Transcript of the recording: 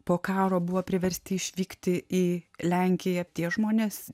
po karo buvo priversti išvykti į lenkiją tie žmonės